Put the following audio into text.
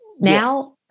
Now